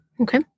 Okay